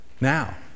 Now